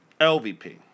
LVP